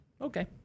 Okay